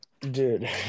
Dude